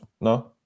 No